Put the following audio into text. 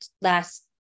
last